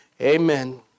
Amen